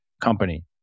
company